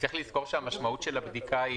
--- צריך לזכור שהמשמעות של הבדיקה,